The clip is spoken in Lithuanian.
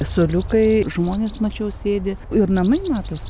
suoliukai žmonės mačiau sėdi ir namai matosi